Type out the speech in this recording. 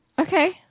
Okay